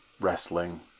wrestling